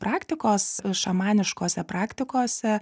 praktikos šamaniškose praktikose